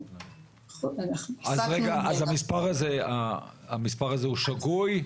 המספר הזה הוא שגוי?